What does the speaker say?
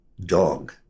dog